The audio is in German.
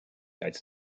als